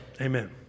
amen